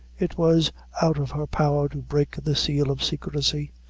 it was out of her power to break the seal of secrecy,